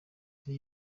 yari